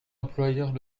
employeurs